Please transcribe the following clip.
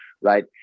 Right